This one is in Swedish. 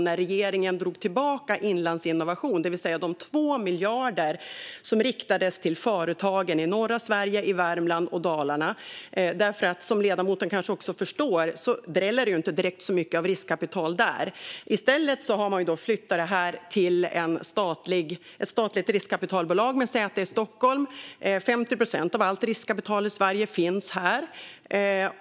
När regeringen drog tillbaka Inlandsinnovation, det vill säga de 2 miljarder som riktades till företagen i norra Sverige, i Värmland och i Dalarna, gick ni med på det. Som ledamoten kanske förstår dräller det inte direkt av riskkapital där. I stället har man flyttat det hela till ett statligt riskkapitalbolag med säte i Stockholm. 50 procent av allt riskkapital i Sverige finns här.